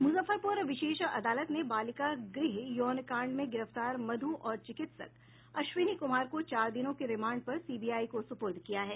मूजफ्फरपूर विशेष अदालत ने बालिका गृह यौन कांड में गिरफ्तार मध् और चिकित्सक अश्विनी कुमार को चार दिनों की रिमांड पर सीबीआई को सुपुर्द किया है